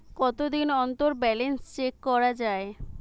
কতদিন অন্তর balance check করা য়ায়?